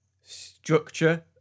structure